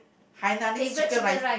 Hainanese Chicken Rice